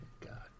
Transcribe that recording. God